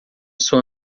sua